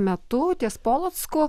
metu ties polocku